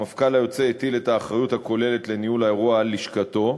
המפכ"ל היוצא הטיל את האחריות הכוללת לניהול האירוע על לשכתו,